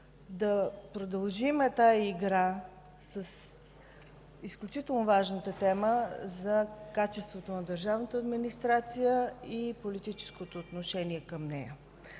да продължим тази игра с изключително важната тема за качеството на държавната администрация и политическото отношение към нея.